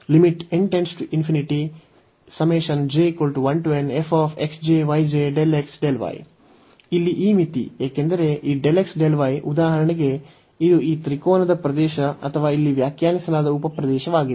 ಇಲ್ಲಿ ಈ ಮಿತಿ ಏಕೆಂದರೆ ಈ ಉದಾಹರಣೆಗೆ ಇದು ಈ ತ್ರಿಕೋನದ ಪ್ರದೇಶ ಅಥವಾ ಇಲ್ಲಿ ವ್ಯಾಖ್ಯಾನಿಸಲಾದ ಉಪ ಪ್ರದೇಶವಾಗಿದೆ